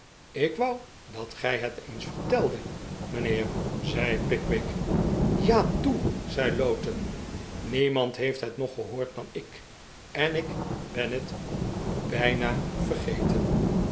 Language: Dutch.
ik wou dat gij het eens verteldet mijnheer zei pickwick jja toe zei lowten niemand heeft het nog gehoord dan ik en ik ben het bijna vergeten